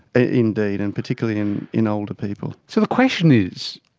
indeed, and particularly in in older people. so the question is,